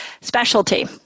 specialty